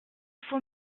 faut